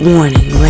Warning